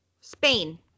Spain